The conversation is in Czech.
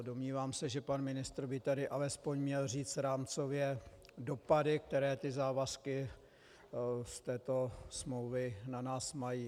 Domnívám se, že pan ministr by tady alespoň měl říct rámcově dopady, které závazky z této smlouvy mají.